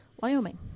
Wyoming